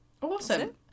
Awesome